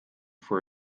for